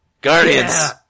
Guardians